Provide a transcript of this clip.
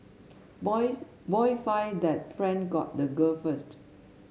boys boy find that friend got the girl first